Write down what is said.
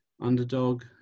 Underdog